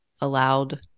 allowed